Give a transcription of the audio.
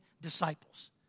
disciples